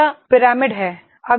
यह पिरामिड है